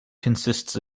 consists